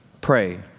Pray